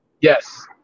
yes